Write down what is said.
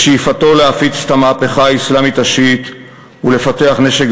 ששאיפתו להפיץ את המהפכה האסלאמית השיעית ולפתח נשק